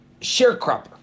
sharecropper